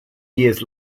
years